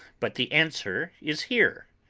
but the answer is here.